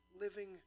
living